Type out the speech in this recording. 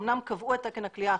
אמנם קבעו את תקן הכליאה